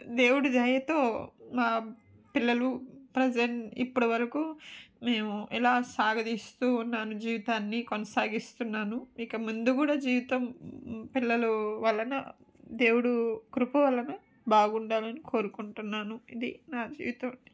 దేవుడి దయతో మా పిల్లలు ప్రెసెంట్ ఇప్పటి వరకు మేము ఇలా సాగదీస్తూ ఉన్నాను జీవితాన్ని కొనసాగిస్తున్నాను ఇక ముందు కూడా జీవితం పిల్లల వలన దేవుడు కృప వలన బాగుండాలని కోరుకుంటున్నాను ఇది నా జీవితం అండి